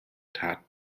tat